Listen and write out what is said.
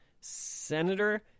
senator